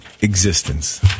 existence